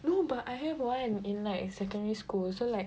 no but I have one in like secondary school also like